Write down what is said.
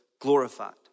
glorified